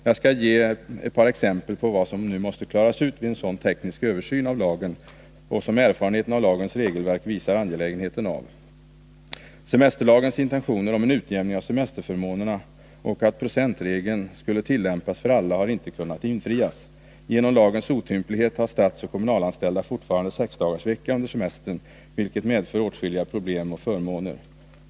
Jag skall ge ett par exempel på vad som måste klaras ut vid en sådan teknisk översyn av lagen, som erfarenheterna av lagens regelverk visar angelägenheten av. Semesterlagens intentioner om en utjämning av semesterförmånerna och om att procentregeln skulle tillämpas för alla har inte kunnat infrias. Genom lagens otymplighet har statsoch kommunalanställda fortfarande sexdagarsvecka under semestern, vilket medför åtskilliga problem och olika förmåner.